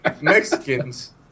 Mexicans